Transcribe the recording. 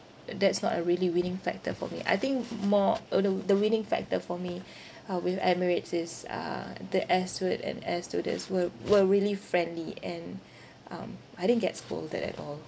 uh that's not a really winning factor for me I think more uh the the winning factor for me uh with Emirates is uh the air steward and air stewardess were were really friendly and um I didn't get scolded at all